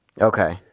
Okay